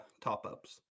top-ups